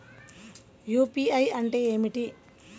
UPI అంటే ఏమిటీ?